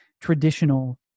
traditional